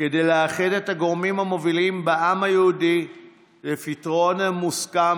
כדי לאחד את הגורמים המובילים בעם היהודי לפתרון מוסכם,